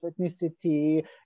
ethnicity